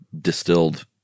distilled